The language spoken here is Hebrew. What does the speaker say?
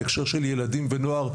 בהקשר של ילדים ונוער,